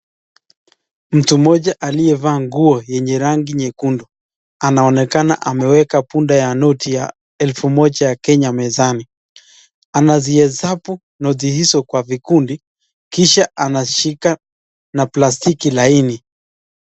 Mtu mmoja aliyevaa nguo yenye rangi nyekundu anaonekana ameweka bunda ya noti ya elfu moja ya Kenya mezani. Anazihesabu noti hizo kwa vikundi kisha anashika na plastiki laini.